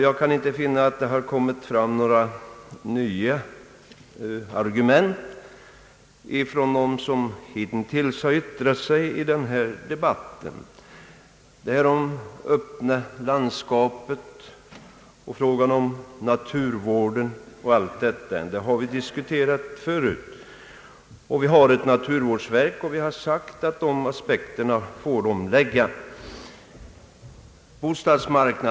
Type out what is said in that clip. Jag kan inte finna att det har kommit fram några nya argument från dem som hittills har yttrat sig i denna debatt. Frågan om det öppna landskapet och frågan om naturvården m.m. har vi diskuterat förut. Vi har ett naturvårdsverk. Vi inom utskottsmajoriteten har sagt oss att dessa aspekter får man lägga fram hos denna myndighet.